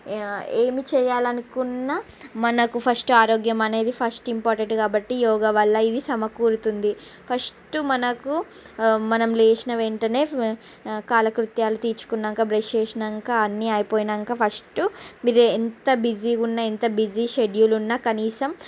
ఏమి చేయాలి అనుకున్నా మనకు ఫస్ట్ ఆరోగ్యం అనేది ఫస్ట్ ఇంపార్టెంట్ కాబట్టి యోగా వల్ల ఇవి సమకూరుతుంది ఫస్ట్ మనకు మనం లేచిన వెంటనే కాలకృత్యాలు తీర్చుకున్నాక బ్రష్ చేసినాక అన్నీ అయిపోయినాక ఫస్టు మీరు ఎంత బిజీగా ఉన్న ఎంత బిజీ షెడ్యూల్ ఉన్నా కనీసం